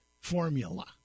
formula